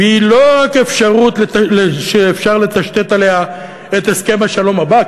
והיא לא רק אפשרות שאפשר לתשתת עליה את הסכם השלום הבא,